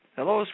Hello